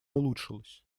улучшилась